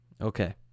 Okay